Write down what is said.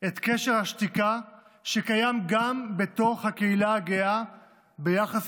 את קשר השתיקה שקיים גם בתוך הקהילה הגאה ביחס